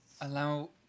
Allow